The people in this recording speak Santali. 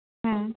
ᱦᱮᱸ